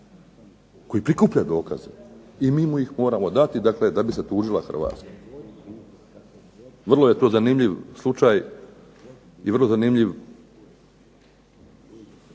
koji prikuplja dokaze i mi mu ih moramo dati da bi se tužila Hrvatska. Vrlo je to zanimljiv slučaj i vrlo zanimljiv